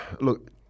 Look